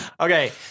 okay